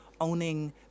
owning